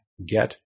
get